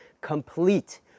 complete